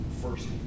First